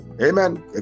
Amen